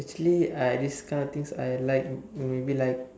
actually I this kind of things I like maybe like